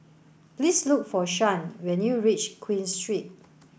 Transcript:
please look for Shan when you reach Queen Street